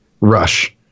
Rush